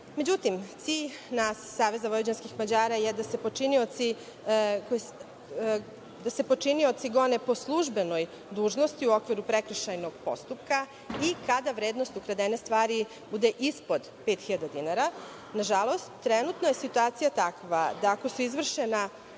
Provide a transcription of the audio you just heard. Međutim, cilj nas iz SVM jeste da se počinioci gone po službenoj dužnosti u okviru prekršajnog postupka i kada vrednost ukradene stvari bude ispod 5.000 dinara. Nažalost, trenutna situacija je takva da ako su izvršena